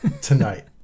tonight